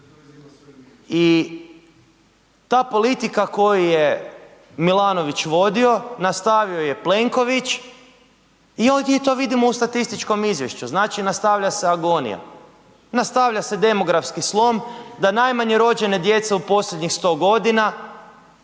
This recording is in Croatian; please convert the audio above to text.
I ta politika koju je Milanović vodio, nastavio je Plenković i ovdje to vidimo u statističkom izvješću. Znači nastavlja se agonija, nastavlja se demografski slom da najmanje rođene djece u posljednjih 100 godina,